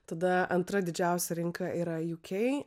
tada antra didžiausia rinka yra uk